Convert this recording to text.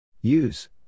Use